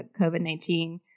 COVID-19